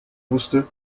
wusste